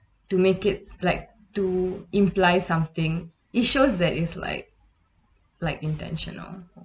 to make it black to imply something it shows that it's like like intentional